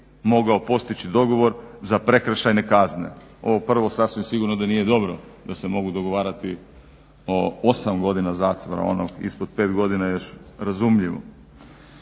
mogao postići dogovor za prekršajne kazne. Ovo prvo sasvim sigurno da nije dobro da se mogu dogovarati o osam godina zatvora. Ono ispod pet godina je još razumljivo.